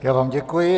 Já vám děkuji.